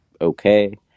okay